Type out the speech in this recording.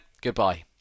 goodbye